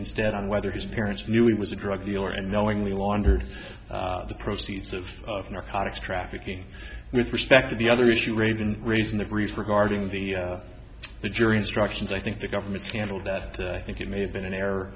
instead on whether his parents knew he was a drug dealer and knowingly laundered the proceeds of narcotics trafficking with respect to the other issue raised in raising the grief regarding the the jury instructions i think the government's handled that i think it may have been an error